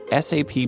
SAP